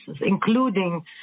including